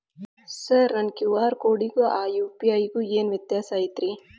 Sir ನನ್ನ QR ಕೊಡಿಗೂ ಆ ಯು.ಪಿ.ಐ ಗೂ ಏನ್ ವ್ಯತ್ಯಾಸ ಐತ್ರಿ?